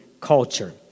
culture